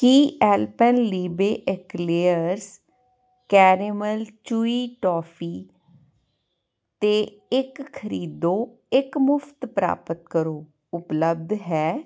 ਕੀ Alpenliebe eclairs caramel chewy toffee 'ਤੇ ਇੱਕ ਖਰੀਦੋ ਇੱਕ ਮੁਫਤ ਪ੍ਰਾਪਤ ਕਰੋ ਉਪਲੱਬਧ ਹੈ